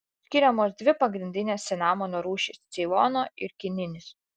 skiriamos dvi pagrindinės cinamono rūšys ceilono ir kininis